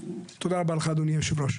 תודה רבה לך, אדוני היושב ראש.